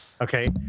Okay